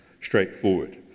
straightforward